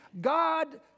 God